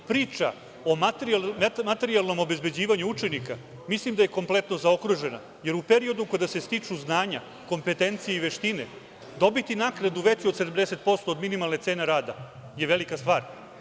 Priča o nekom materijalnom obezbeđivanju učenika mislim da je kompletno zaokružena, jer u periodu kada se stiču znanja, kompetencije i veštine dobiti naknadu veću od 70% od minimalne cene rada je velika stvar.